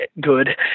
good